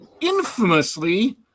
infamously